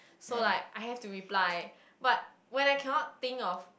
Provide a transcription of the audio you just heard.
so like I have to reply but when I cannot think of